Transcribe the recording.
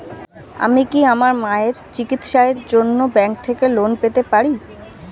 আমি কি আমার মায়ের চিকিত্সায়ের জন্য ব্যঙ্ক থেকে লোন পেতে পারি?